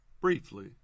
briefly